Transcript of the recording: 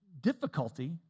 difficulty